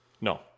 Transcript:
No